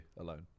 Alone